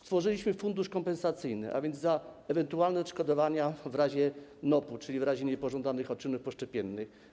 Stworzyliśmy fundusz kompensacyjny, a więc uwzględniliśmy ewentualne odszkodowania w razie NOP-u, czyli w razie niepożądanych odczynów poszczepiennych.